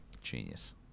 genius